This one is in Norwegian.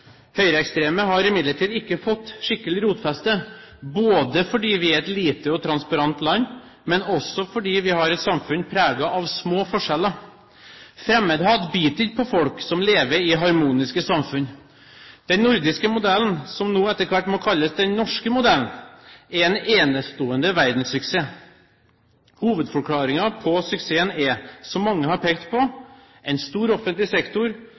Høyreekstreme har imidlertid ikke fått skikkelig rotfeste, både fordi vi er et lite og transparent land, og fordi vi har et samfunn preget av små forskjeller. Fremmedhat biter ikke på folk som lever i harmoniske samfunn. Den nordiske modellen – som nå etter hvert må kalles den norske modellen – er en enestående verdenssuksess. Hovedforklaringen på denne suksessen er, som mange har pekt på, en stor offentlig sektor,